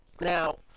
Now